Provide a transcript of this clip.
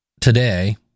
today